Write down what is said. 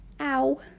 ow